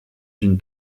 d’une